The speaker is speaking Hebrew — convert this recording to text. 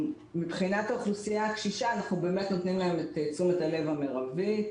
מבחינת האוכלוסייה הקשישה אנחנו באמת נותנים להם את תשומת הלב המרבית.